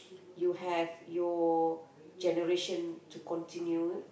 you have your generation to continue